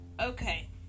Okay